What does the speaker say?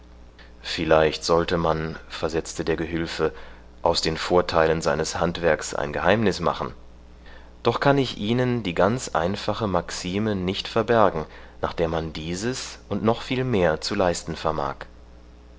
vielleicht sollte man versetzte der gehülfe aus den vorteilen seines handwerks ein geheimnis machen doch kann ich ihnen die ganz einfache maxime nicht verbergen nach der man dieses und noch viel mehr zu leisten vermag